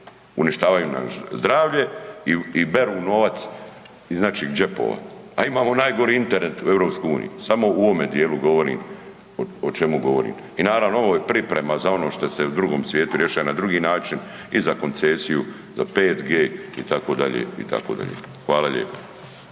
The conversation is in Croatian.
Uništavaju nam zdravlje i beru novac iz naših džepova a imamo najgori Internet u EU, samo u ovome djelu govorim, o čemu govorim i naravno, ovo je priprema za ono što se u drugom svijetu rješava na drugi način, i za koncesiju, za 5G itd., itd. Hvala lijepo.